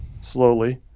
slowly